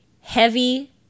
heavy